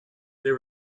there